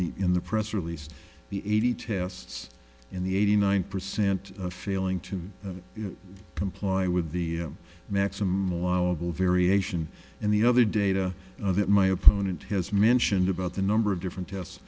the in the press release the eighty tests in the eighty nine percent failing to comply with the maximum allowable variation and the other data that my opponent has mentioned about the number of different tests